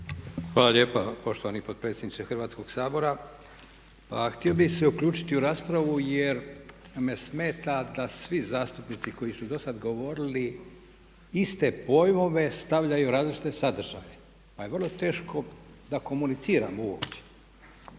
Hvala lijepa poštovani potpredsjedniče Hrvatskoga sabora. Htio bih se uključiti u raspravu jer me smeta da svi zastupnici koji su do sada govorili iste pojmove stavljaju u različite sadržaje pa je vrlo teško da komuniciramo uopće.